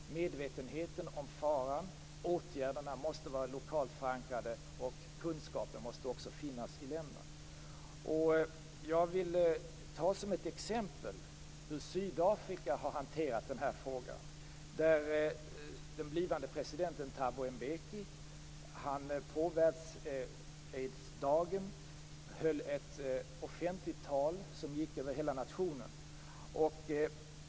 Medvetenheten om faran måste slå rot, åtgärderna måste vara lokalt förankrade och kunskapen måste finnas i länderna. Som ett exempel vill jag ta hur Sydafrika har hanterat den här frågan. Den blivande presidenten Thabo Mbeki höll på världsaidsdagen ett offentligt tal som gick ut över hela nationen.